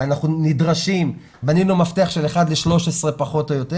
בנינו מפתח של אחד ו-13 פחות או יותר